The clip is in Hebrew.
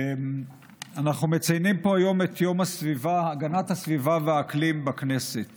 אנחנו מציינים פה היום את יום הגנת הסביבה והאקלים בכנסת